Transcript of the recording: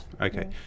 okay